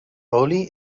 olie